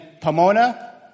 Pomona